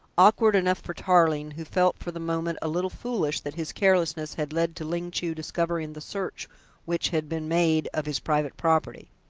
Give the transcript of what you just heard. awkward enough for tarling, who felt for the moment a little foolish that his carelessness had led to ling chu discovering the search which had been made of his private property.